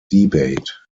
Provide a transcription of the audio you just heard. debate